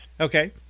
Okay